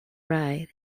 ride